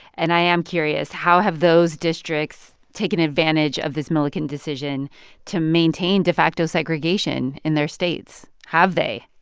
and i am curious, how have those districts taken advantage of this milliken decision to maintain de facto segregation in their states? have they?